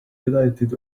delighted